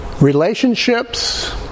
relationships